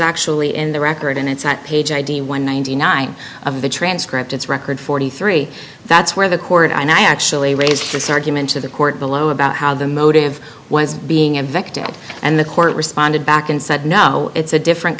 actually in the record and it's not page id one ninety nine of the transcript it's record forty three that's where the court i actually raised this argument to the court below about how the motive was being a victim and the court responded back and said no it's a different